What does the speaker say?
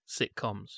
sitcoms